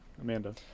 amanda